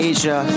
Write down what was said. Asia